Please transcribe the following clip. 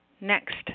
Next